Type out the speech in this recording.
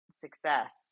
success